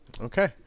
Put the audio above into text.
Okay